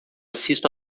assisto